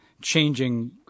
changing